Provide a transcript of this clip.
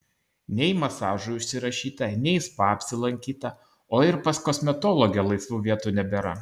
nei masažui užsirašyta nei spa apsilankyta o ir pas kosmetologę laisvų vietų nebėra